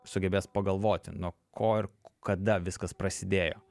sugebės pagalvoti nuo ko ir kada viskas prasidėjo